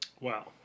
Wow